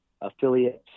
affiliates